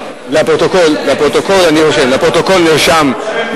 לפרוטוקול נרשם.